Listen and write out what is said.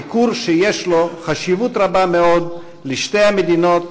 ביקור שיש לו חשיבות רבה מאוד לשתי המדינות,